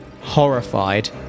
horrified